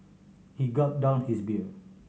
he gulped down his beer